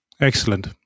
Excellent